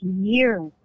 years